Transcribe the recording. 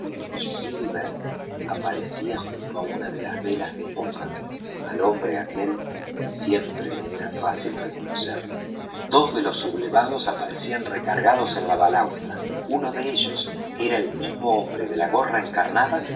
y silver aparecía junto á una de las velas de popa al hombre aquel siempre me era fácil reconocerlo dos de los sublevados aparecían recargados en la balaustra uno de ellos era el mismo hombre de la gorra encarnada